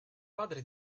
padre